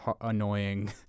annoying